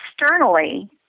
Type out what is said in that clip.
Externally